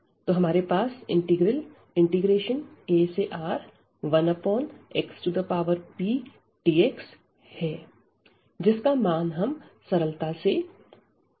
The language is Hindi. तो हमारे पास इंटीग्रल aR1xpdx है जिसका मान हम सरलता से ज्ञात कर सकते हैं